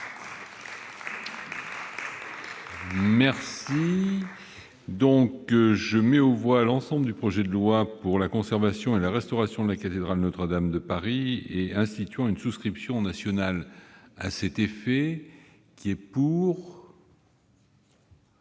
commission, modifié, l'ensemble du projet de loi pour la conservation et la restauration de la cathédrale Notre-Dame de Paris et instituant une souscription nationale à cet effet. Voici quel